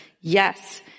Yes